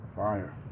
fire